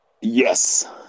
Yes